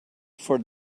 for